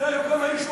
מתי הוקם היישוב?